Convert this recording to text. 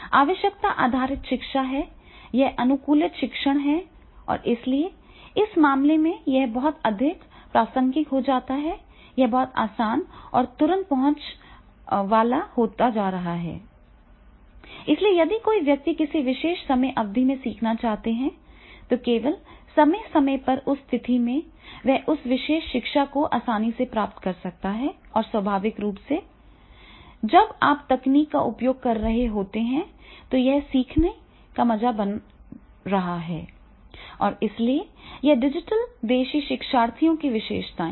आवश्यकता आधारित शिक्षा है यह अनुकूलित शिक्षण है और इसलिए इस मामले में यह बहुत अधिक प्रासंगिक हो जाता है यह बहुत आसान और तुरंत पहुंच वाला होता जा रहा है इसलिए यदि कोई व्यक्ति किसी विशेष समय अवधि से सीखना चाहता है तो केवल समय समय पर उस स्थिति में वह उस विशेष शिक्षा को आसानी से प्राप्त कर सकता है और स्वाभाविक रूप से जब आप तकनीक का उपयोग कर रहे होते हैं तो यह सीखने का मज़ा बन रहा है और इसलिए ये डिजिटल देशी शिक्षार्थियों की विशेषताएं हैं